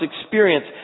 experience